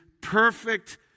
perfect